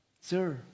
Sir